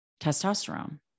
testosterone